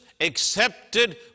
accepted